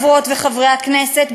חברות וחברי הכנסת,